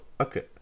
okay